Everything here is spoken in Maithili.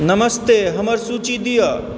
नमस्ते हमर सूची दिअ